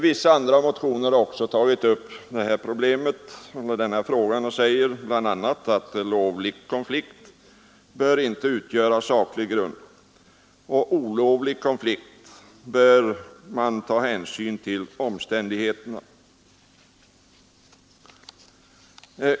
Vissa andra motionärer har också tagit upp denna fråga och säger bl.a. att lovlig konflikt inte bör utgöra saklig grund för uppsägning och att man vid olovlig konflikt bör ta hänsyn till omständigheterna.